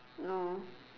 no